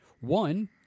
one